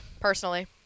personally